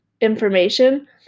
information